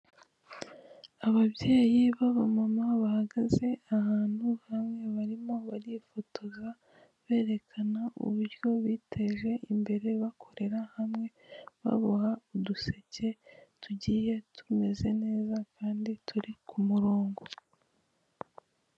Ababyeyi b'abamama bahagaze ahantu hamwe barimo barifotoza berekena uburyo biteje imbere bakorera hamwe baboha uduseke tugiye tumeze neza kandi turi ku murongo.